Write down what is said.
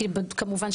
כמובן,